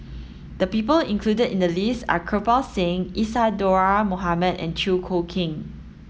the people included in the list are Kirpal Singh Isadhora Mohamed and Chew Choo Keng